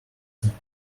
teach